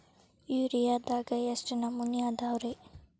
ಯೂರಿಯಾದಾಗ ಎಷ್ಟ ನಮೂನಿ ಅದಾವ್ರೇ?